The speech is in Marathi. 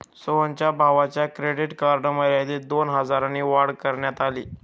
सोहनच्या भावाच्या क्रेडिट कार्ड मर्यादेत दोन हजारांनी वाढ करण्यात आली